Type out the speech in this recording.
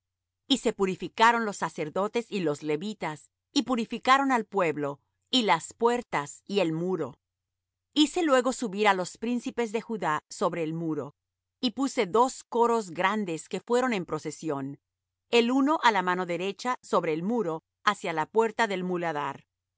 y se purificaron los sacerdotes y los levitas y purificaron al pueblo y las puertas y el muro hice luego subir á los príncipes de judá sobre el muro y puse dos coros grandes que fueron en procesión el uno á la mano derecha sobre el muro hacia la puerta del muladar